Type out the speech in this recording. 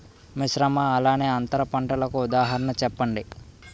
మిశ్రమ అలానే అంతర పంటలకు ఉదాహరణ చెప్పండి?